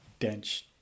Dench